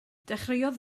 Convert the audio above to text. dechreuodd